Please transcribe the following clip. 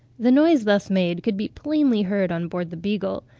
the noise thus made could be plainly heard on board the beagle,